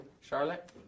Charlotte